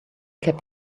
kept